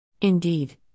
Indeed